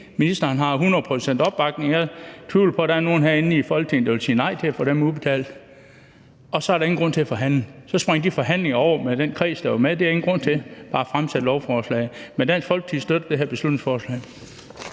hundrede procent opbakning. Jeg tvivler på, at der er nogen herinde i Folketinget, der vil sige nej til, at de skal udbetales, og så er der ingen grund til at forhandle. Så spring de forhandlinger over med den kreds, der var med til dem. Der er ingen grund til det. Bare fremsæt lovforslaget. Men Dansk Folkeparti støtter det her beslutningsforslag.